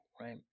right